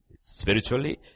Spiritually